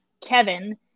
Kevin